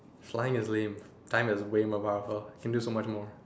flying is lame time is way more powerful can do so much more